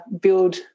build